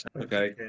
Okay